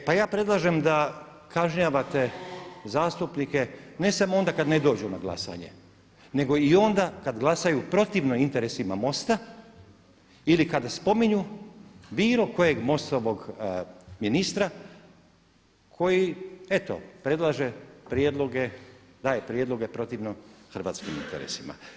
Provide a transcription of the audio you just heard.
E pa ja predlažem da kažnjavate zastupnike ne samo ona kad ne dođu na glasanje, nego i onda kad glasaju protivno interesima MOST-a ili kad spominju bilo kojeg MOST-ovog ministra koji eto predlaže prijedloge, daje prijedloge protivno hrvatskim interesima.